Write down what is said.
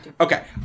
Okay